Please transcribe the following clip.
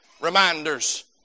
reminders